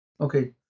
Okay